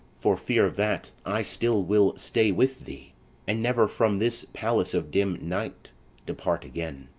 for fear of that i still will stay with thee and never from this palace of dim night depart again.